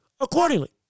accordingly